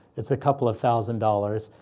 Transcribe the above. it's a couple of thousand dollars.